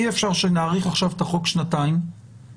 אי- אפשר שנאריך עכשיו את החוק שנתיים ואת